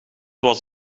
was